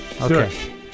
Okay